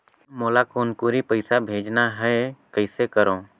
मोला कुनकुरी पइसा भेजना हैं, कइसे करो?